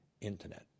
Internet